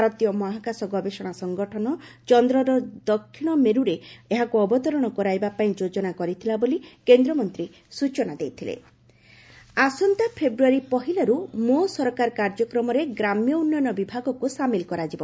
ଭାରତୀୟ ମହାକାଶ ଗବେଷଣା ସଂଗଠନ ଚନ୍ଦରର ଦକ୍ଷିଶ ମେର୍ରେ ଏହାକୁ ଅବତରଣ କରାଇବା ପାଇଁ ଯୋକନା କରିଥିଲା ବୋଲି କେନ୍ଦ୍ରମନ୍ତୀ ସୂଚନା ଦେଇଥିଲେ ମୋ ସରକାର କାର୍ଯ୍ୟକ୍ରମ ଆସନ୍ତା ଫେବ୍ୟାରୀ ପହିଲାରୁ ମୋ ସରକାର କାର୍ଯ୍ୟକ୍ରମରେ ଗ୍ରାମ୍ୟ ଉନ୍ୟନ ବିଭାଗକୁ ସାମିଲ କରାଯିବ